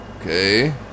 Okay